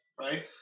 right